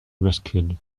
rescued